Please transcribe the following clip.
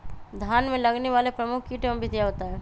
धान में लगने वाले प्रमुख कीट एवं विधियां बताएं?